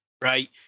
right